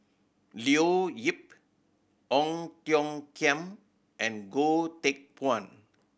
Leo Yip Ong Tiong Khiam and Goh Teck Phuan